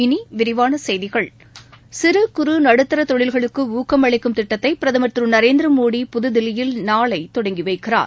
இனி விரிவான செய்திகள் சிறு குறு நடுத்தர தொழில்களுக்கு ஊக்கம் அளிக்கும் திட்டத்தை பிரதமர் திரு நரேந்திரமோடி புதுதில்லியில் நாளை தொடங்கி வைக்கிறார்